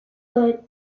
but